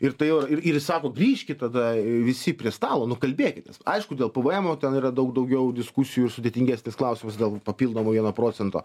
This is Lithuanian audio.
ir tai jau ir ir sako grįžkit tada visi prie stalo nu kalbėkitės aišku dėl pvm ten yra daug daugiau diskusijų ir sudėtingesnis klausimas dėl papildomo vieno procento